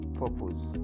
purpose